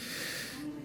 נכבדה,